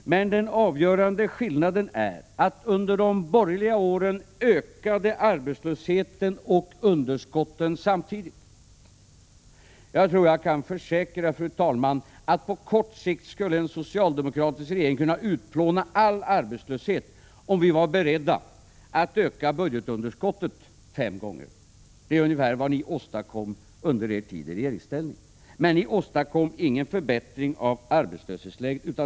Men den avgörande skillnaden är att under de borgerliga åren ökade arbetslösheten och underskotten samtidigt. Fru talman! Jag tror att jag kan försäkra att på kort sikt skulle en socialdemokratisk regering kunna utplåna all arbetslöshet om vi var beredda att öka budgetunderskottet fem gånger. Det är ungefär vad ni åstadkom under er tid i regeringsställning. Men ni åstadkom ingen förbättring av arbetsmarknadsläget.